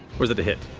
or is that to hit?